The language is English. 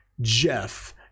Jeff